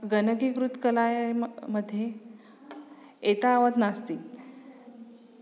गणकीकृतकलायां मध्ये एतावद् नास्ति